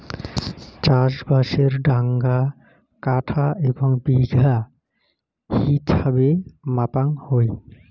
চাষবাসের ডাঙা কাঠা এবং বিঘা হিছাবে মাপাং হই